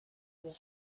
will